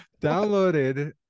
downloaded